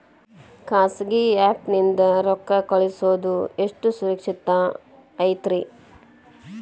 ಖಾಸಗಿ ಆ್ಯಪ್ ನಿಂದ ರೊಕ್ಕ ಕಳ್ಸೋದು ಎಷ್ಟ ಸುರಕ್ಷತಾ ಐತ್ರಿ?